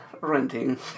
renting